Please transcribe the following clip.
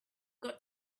got